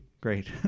Great